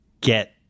get